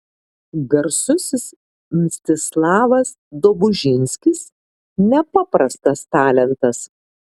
garsusis mstislavas dobužinskis nepaprastas talentas